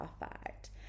Perfect